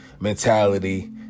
mentality